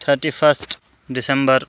thirty first December